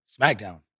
SmackDown